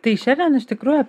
tai šiandien iš tikrųjų